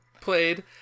played